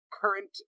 current